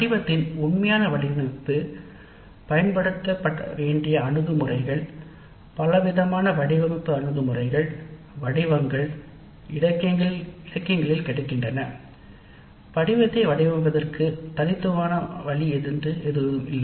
படிவத்தின் உண்மையான வடிவமைப்பு பயன்படுத்த வேண்டிய அணுகுமுறைகள் பலவிதமான வடிவமைப்பு அணுகுமுறைகள் வடிவங்கள் இலக்கியங்களில் கிடைக்கின்றன தனித்துவமான வழி எதுவும் இல்லை